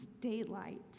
daylight